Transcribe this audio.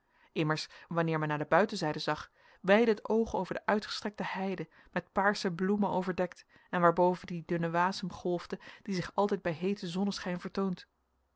immers wanneer men naar de buitenzijde zag weidde het oog over de uitgestrekte heide met paarse bloemen overdekt en waarboven die dunne wasem golfde die zich altijd bij heeten zonneschijn vertoont